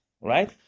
right